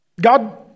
God